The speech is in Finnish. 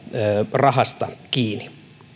rahasta kiinni